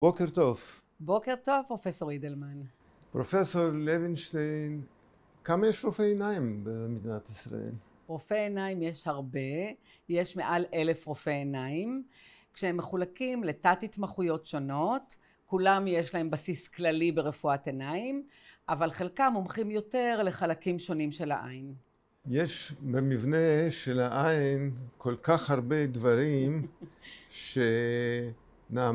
בוקר טוב. בוקר טוב, פרופסור אידלמן. פרופסור לוינשטיין, כמה יש רופאי עיניים במדינת ישראל? רופאי עיניים יש הרבה, יש מעל אלף רופאי עיניים. כשהם מחולקים לתת התמחויות שונות, כולם יש להם בסיס כללי ברפואת עיניים, אבל חלקם מומחים יותר לחלקים שונים של העין. יש במבנה של העין כל כך הרבה דברים שנעמדים...